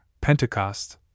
Pentecost